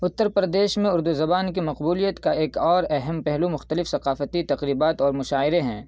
اتّر پردیش میں اردو زبان کی مقبولیت کا ایک اور اہم پہلو مختلف ثقافتی تقریبات اور مشاعرے ہیں